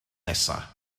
nesaf